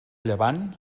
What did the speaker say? llevant